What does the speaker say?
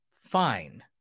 Fine